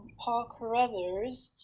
paul carruthers